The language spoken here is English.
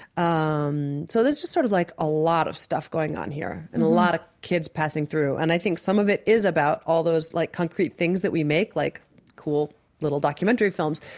um so there's just sort of like a lot of stuff going on here and a lot of kids passing through. and i think some of it is about all those like concrete things that we make like cool little documentary films,